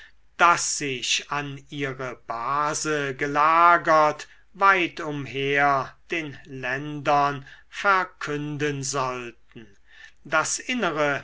das sich an ihre base gelagert weit umher den ländern verkünden sollten das innere